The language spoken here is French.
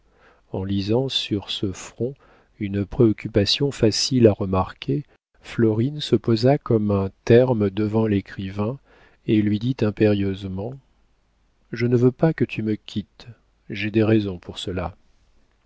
en lisant sur ce front une préoccupation facile à remarquer florine se posa comme un terme devant l'écrivain et lui dit impérieusement je ne veux pas que tu me quittes j'ai des raisons pour cela